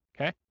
Okay